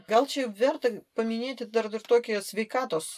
gal čia verta paminėti dar dar tokią sveikatos